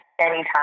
anytime